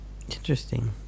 Interesting